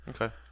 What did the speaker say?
Okay